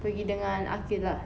pergi dengan aqil lah